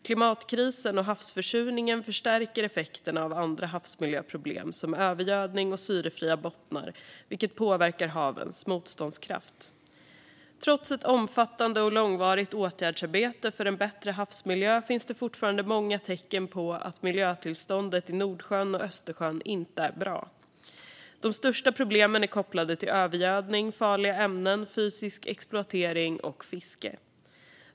Klimatkrisen och havsförsurningen förstärker effekterna av andra havsmiljöproblem, som övergödning och syrefria bottnar, vilket påverkar havens motståndskraft. Trots ett omfattande och långvarigt åtgärdsarbete för en bättre havsmiljö finns det fortfarande många tecken på att miljötillståndet i Nordsjön och Östersjön inte är bra. De största problemen är kopplade till övergödning, farliga ämnen, fysisk exploatering och fiske.